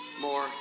More